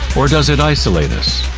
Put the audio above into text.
or does it isolate us,